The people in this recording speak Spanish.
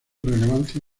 relevancia